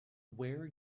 wear